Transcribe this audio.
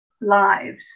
lives